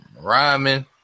rhyming